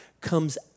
comes